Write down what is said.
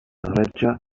reĝa